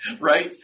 Right